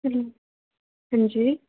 हां जी